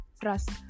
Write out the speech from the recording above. Trust